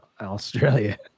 Australia